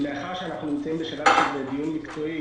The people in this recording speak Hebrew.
מאחר שאנחנו נמצאים בשלב של דיון מקצועי